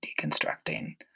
deconstructing